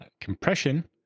compression